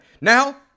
Now